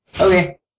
Okay